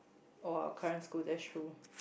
oh our current school that's true